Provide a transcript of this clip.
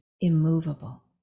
immovable